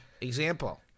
example